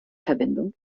verbindung